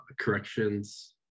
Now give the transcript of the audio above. corrections